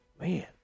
Man